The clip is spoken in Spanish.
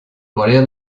corea